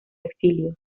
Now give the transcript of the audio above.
exilio